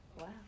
Wow